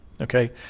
Okay